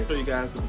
but you guys